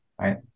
right